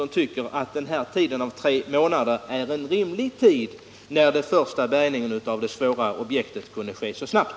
Jag vill också fråga om försvarsministern anser att tre månader är en rimlig tid för bärgning av den mindre båten, när bärgningen av det svåra objektet kunde ske så snabbt.